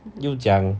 又讲